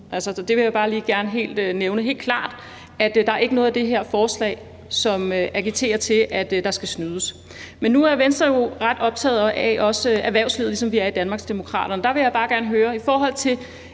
jeg vil bare lige gerne nævne helt klart, at der ikke er noget i det her forslag, som agiterer for, at der skal snydes. Men nu er Venstre jo også ret optaget af erhvervslivet, ligesom vi er i Danmarksdemokraterne. Der vil jeg bare gerne høre: I forhold til